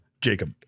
Jacob